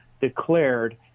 declared